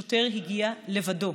שוטר הגיע לבדו